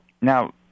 Now